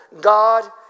God